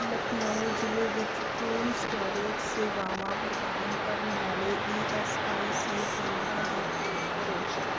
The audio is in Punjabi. ਲਖਨਊ ਜ਼ਿਲ੍ਹੇ ਵਿੱਚ ਖੂਨ ਸਟੋਰੇਜ ਸੇਵਾਵਾਂ ਪ੍ਰਦਾਨ ਕਰਨ ਵਾਲੇ ਈ ਐੱਸ ਆਈ ਸੀ ਕੇਂਦਰਾਂ ਦੀ ਖੋਜ ਕਰੋ